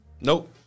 Nope